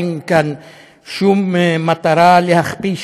אין כאן שום מטרה להכפיש